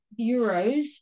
euros